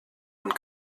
und